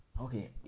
okay